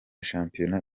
shampiona